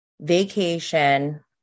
vacation